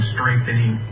Strengthening